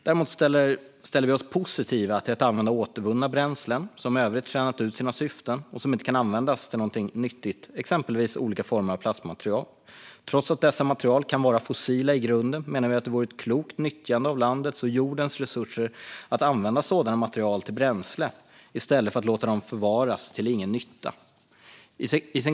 Däremot ställer vi oss positiva till att använda återvunna bränslen som i övrigt tjänat ut sina syften och inte kan användas till någonting nyttigt, exempelvis olika former av plastmaterial. Trots att dessa material kan vara fossila i grunden menar vi att det vore ett klokt nyttjande av landets och jordens resurser att använda sådana material till bränsle i stället för att låta dem förfaras till ingen nytta.